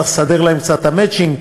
אבל צריך לסדר להם קצת את המצ'ינג,